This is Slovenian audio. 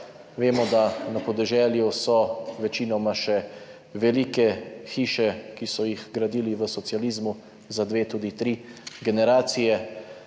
Vemo, da so na podeželju večinoma še velike hiše, ki so jih gradili v socializmu za dve, tudi tri generacije.